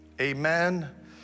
Amen